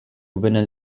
vinyl